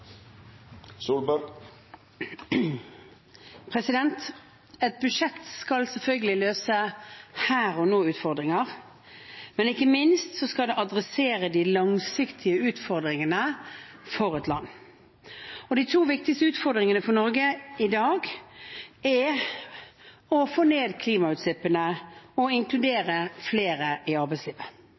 men ikke minst skal det adressere de langsiktige utfordringene for et land. De to viktigste utfordringene for Norge i dag er å få ned klimagassutslippene og inkludere flere i arbeidslivet.